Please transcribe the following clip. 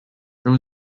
there